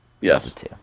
Yes